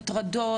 הטרדות.